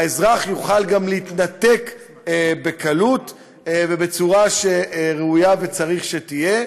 האזרח יוכל גם להתנתק בקלות ובצורה שראוי וצריך שתהיה.